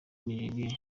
nigeria